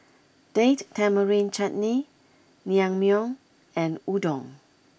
Date Tamarind Chutney Naengmyeon and Udon